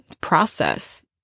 process